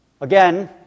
Again